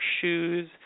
shoes